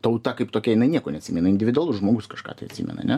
tauta kaip tokia jinai nieko neatsimena individualus žmogus kažką tai atsimena ane